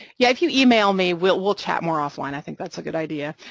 yeah, if you email me, we'll we'll chat more offline, i think that's a good idea,